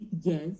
Yes